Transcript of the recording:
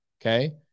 okay